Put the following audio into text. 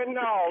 no